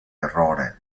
errore